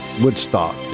Woodstock